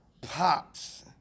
Pops